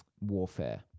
warfare